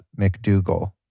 McDougall